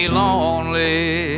lonely